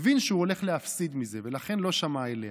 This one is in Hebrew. הבין שהוא הולך להפסיד מזה, ולכן לא שמע אליה.